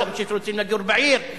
יש אנשים שרוצים לגור בעיר,